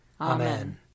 Amen